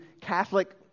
Catholic